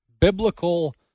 biblical